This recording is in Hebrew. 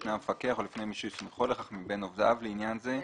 לפני המפקח או לפני מי שהוא הסמיכו לכך מבין עובדיו לעניין זה,